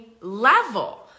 level